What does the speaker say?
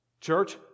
church